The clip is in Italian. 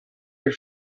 del